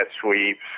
sweeps